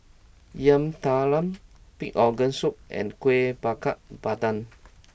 Yam Talam Pig'S Organ Soup and Kueh Bakar Pandan